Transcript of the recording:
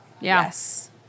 Yes